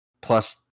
plus